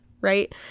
right